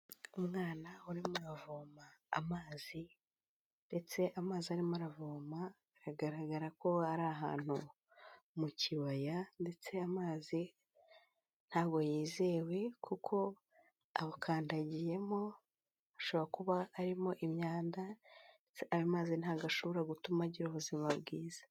Umwana urimo aravoma amazi, ndetse amazi arimo aravoma biragaragara ko ari ahantu mu kibaya ndetse amazi ntabwo yizewe kuko awukandagiyemo ushobora kuba arimo imyanda, ayo mazi ntabwo ashobora gutuma agira ubuzima bwiza.